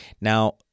Now